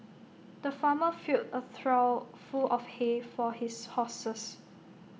the farmer filled A trough full of hay for his horses